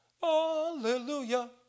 hallelujah